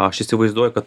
aš įsivaizduoju kad